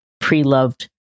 pre-loved